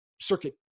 circuit